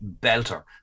belter